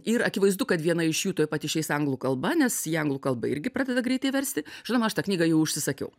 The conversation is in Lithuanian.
ir akivaizdu kad viena iš jų tuoj pat išeis anglų kalba nes į anglų kalbą irgi pradeda greitai versti žinoma aš tą knygą jau užsisakiau